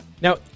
now